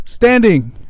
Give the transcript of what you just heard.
Standing